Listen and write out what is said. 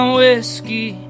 whiskey